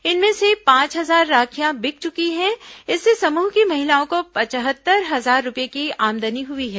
इनमें से पांच हजार राखियां बिक चुकी हैं इससे समूह की महिलाओं को पचहत्तर हजार रूपये की आमदनी हुई है